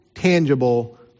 tangible